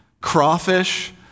crawfish